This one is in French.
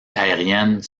aériennes